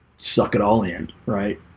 suck it all end, right?